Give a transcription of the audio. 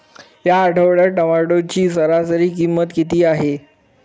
या आठवड्यात टोमॅटोची सरासरी किंमत किती आहे?